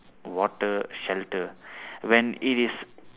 water shelter when it is